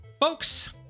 folks